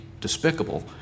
despicable